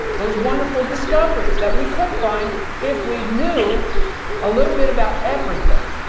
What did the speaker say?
those wonderful discoveries that we could find if we knew a little bit about everything.